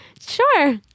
Sure